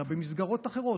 אלא במסגרות אחרות.